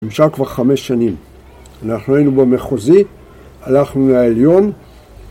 הם שם כבר חמש שנים. אנחנו היינו במחוזי, הלכנו לעליון